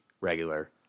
regular